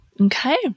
Okay